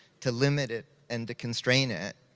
to limit it, and to constrain it.